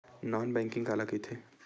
Non banking काला कइथे?